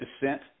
descent